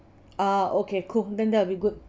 ah okay cool then that will be good